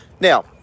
Now